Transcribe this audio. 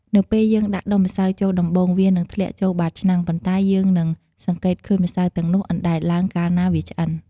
នៅពេលយើងដាក់ដុំម្សៅចូលដំបូង វានឹងធ្លាក់ចូលបាតឆ្នាំង ប៉ុន្តែ យើងនឹងសង្កេតឃើញម្សៅទាំងនោះអណ្តែតឡើង កាលណាវាឆ្អិន។